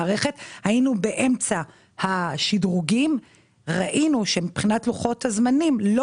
באמצע השדרוגים ראינו שמבחינת לוחות הזמנים לא